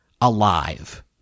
alive